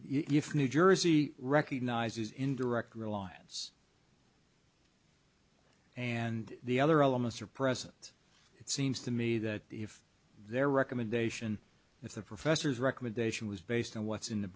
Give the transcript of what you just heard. f new jersey recognizes indirect reliance and the other elements are present it seems to me that if their recommendation if the professor's recommendation was based on what's in the